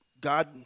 God